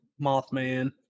Mothman